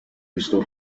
estou